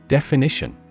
Definition